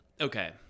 Okay